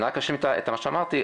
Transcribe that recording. אני רק אשלים את מה שאמרתי.